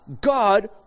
God